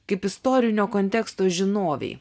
kaip istorinio konteksto žinovei